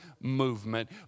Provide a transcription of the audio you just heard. movement